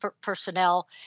personnel